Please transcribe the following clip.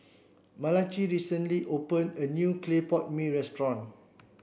Malachi recently opened a new Clay Pot Mee Restaurant